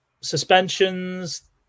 suspensions